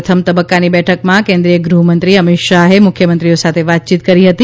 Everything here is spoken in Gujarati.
પ્રથમ તબક્કાની બેઠકમાં કેન્દ્રિય ગૃહમંત્રી અમિત શાહે મુખ્યમંત્રીઓ સાથે વાતયીત કરી હતી